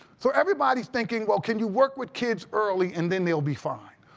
so everybody's thinking, well, can you work with kids early and then they will be fine?